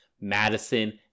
Madison